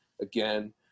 again